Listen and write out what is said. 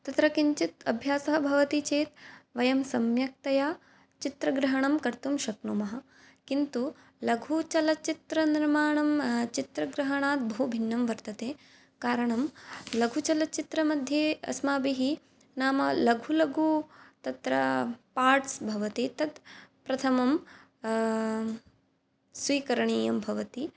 तत्र किञ्चित् अभ्यासः भवति चेत् वयं सम्यक्तया चित्रग्रहणं कर्तुं शक्नुमः किन्तु लघुचलचित्रनिर्माणं चित्रग्रहणात् बहुभिन्नं वर्तते कारणं लघुचलचित्रमध्ये अस्माभिः नाम लघु लघु तत्र पार्ट्स् भवति तत् प्रथमं स्वीकरणीयं भवति